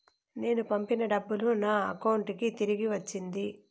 నేను పంపిన డబ్బులు నా అకౌంటు కి తిరిగి వచ్చింది